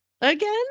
again